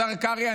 השר קרעי,